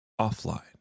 offline